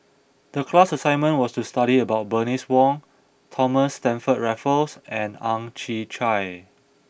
the class assignment was to study about Bernice Wong Thomas Stamford Raffles and Ang Chwee Chai